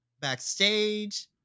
backstage